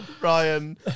Ryan